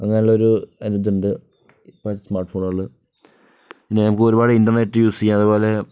ഇങ്ങനെയുള്ള ഒരിതുണ്ട് ഇപ്പത്തെ സ്മാർട്ട് ഫോണുകള് പിന്നെ നമുക്ക് ഒരുപാട് ഇൻ്റർനെറ്റ് യൂസ് ചെയ്യാം അതേപോലെ